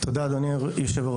תודה אדוני היו"ר.